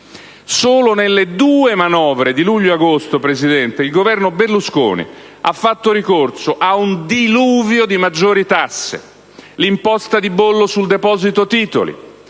Solo nelle due manovre di luglio e agosto il Governo Berlusconi ha fatto ricorso a un diluvio di maggiori tasse: l'imposta di bollo sul deposito titoli,